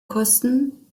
kosten